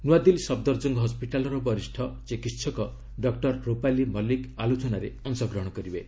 ନୂଆଦିଲ୍ଲୀ ସଫ୍ଦରଜଙ୍ଗ ହସ୍ୱିଟାଲର ବରିଷ୍ଣ ଚିକିତ୍ସକ ଡକ୍ଟର ରୂପାଲୀ ମଲିକ୍ ଆଲୋଚନାରେ ଅଂଶଗ୍ରହଣ କରିବେ